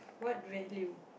what value